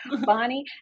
Bonnie